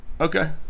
Okay